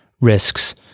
risks